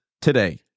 today